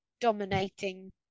dominating